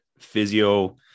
physio